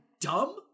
dumb